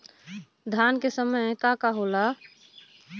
धान के समय का का होला?